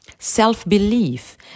Self-belief